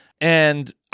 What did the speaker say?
And-